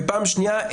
ופעם שנייה,